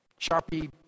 Sharpie